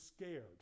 scared